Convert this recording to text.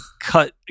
cut